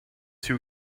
two